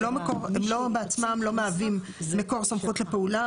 הם בעצמם לא מהווים מקור סמכות לפעולה.